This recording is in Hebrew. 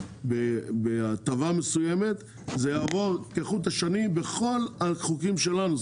בהטבה מסוימת זה יעבור כחוט השני בכל החוקים שלנו.